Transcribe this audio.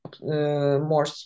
more